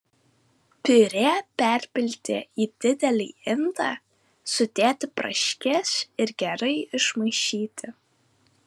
piurė perpilti į didelį indą sudėti braškes ir gerai išmaišyti